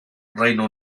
reino